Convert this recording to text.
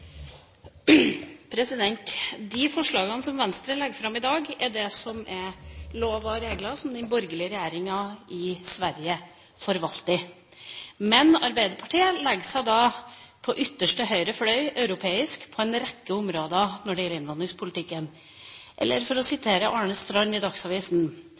og regler som den borgerlige regjeringa i Sverige forvalter. Men Arbeiderpartiet legger seg på ytterste høyre fløy, europeisk, på en rekke områder når det gjelder innvandringspolitikken – eller for å sitere Arne Strand i Dagsavisen: